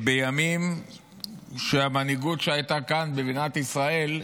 בימים שהמנהיגות שהייתה כאן במדינת ישראל,